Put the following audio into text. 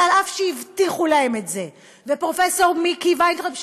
ואף שהבטיחו להם את זה פרופסור מיקי וינטראוב,